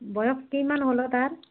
বয়স কিমান হ'ল অ' তাৰ